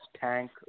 tank